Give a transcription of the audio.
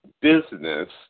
business